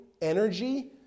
energy